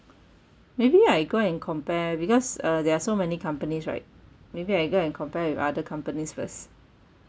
maybe I go and compare because uh there are so many companies right maybe I go and compare with other companies first